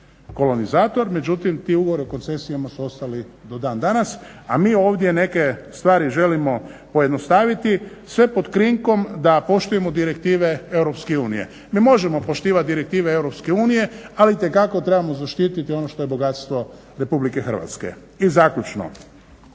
kolonizator. Međutim, ti ugovori o koncesijama su ostali do dan danas, a mi ovdje neke stvari želimo pojednostaviti sve pod krinkom da poštujemo direktive Europske unije. Mi možemo poštivati direktive Europske unije, ali itekako trebamo zaštiti ono što je bogatstvo Republike Hrvatske. I zaključno,